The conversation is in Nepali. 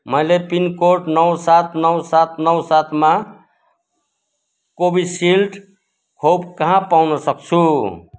मैले पिनकोड नौ सात नौ सात नौ सातमा कोविशील्ड खोप कहाँ पाउन सक्छु